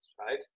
right